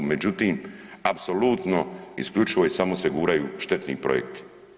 Međutim, apsolutno i isključivo i samo se guraju štetni projekti.